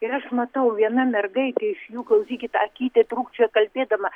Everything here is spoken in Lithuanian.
ir aš matau viena mergaitė iš jų klausykit akytė trūkčioja kalbėdama